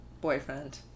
boyfriend